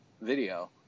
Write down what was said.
video